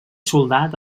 soldat